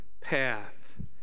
path